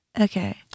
Okay